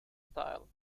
style